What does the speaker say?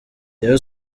rayon